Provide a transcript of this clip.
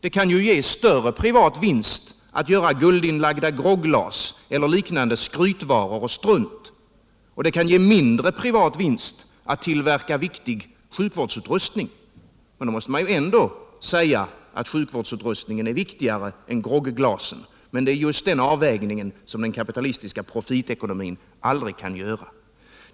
Det kan ge större privat vinst att göra guldinlagda grogglas eller liknande skrytvaror och strunt och mindre privat vinst att tillverka viktig sjukvårdsutrustning. Man måste ju ändå säga att sjukvårdsutrustningen är viktigare än grogglasen. Det är just den avvägningen som den kapitalistiska profitekonomin aldrig kan göra.